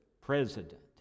president